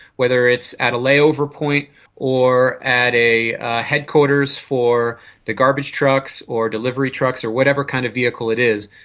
whether it's at a layover point or at a headquarters for the garbage trucks or delivery trucks or whatever kind of vehicle it is,